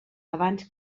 abans